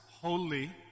holy